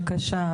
בבקשה.